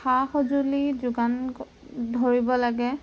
সা সঁজুলি যোগান ধৰিব লাগে